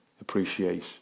appreciate